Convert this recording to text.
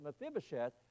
Mephibosheth